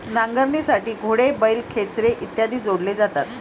नांगरणीसाठी घोडे, बैल, खेचरे इत्यादी जोडले जातात